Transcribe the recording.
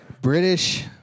British